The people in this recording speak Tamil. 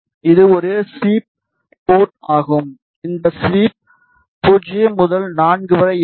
இது ஒரு ஸ்வீப் போர்ட் ஆகும் இந்த விஸ்வீப் 0 முதல் 4 வரை இருக்கும்